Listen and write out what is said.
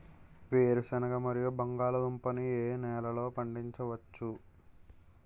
వేరుసెనగ మరియు బంగాళదుంప ని ఏ నెలలో పండించ వచ్చు?